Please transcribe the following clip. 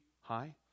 high